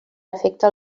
afecta